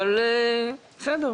אבל בסדר.